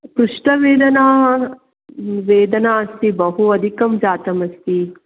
पृष्टवेदना वेदना अस्ति बहु अधिकं जातमस्ति